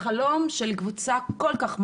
חלום לקבוצה כל כך מוחלשת.